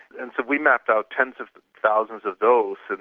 and so we mapped out tens of thousands of those, and